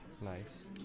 Nice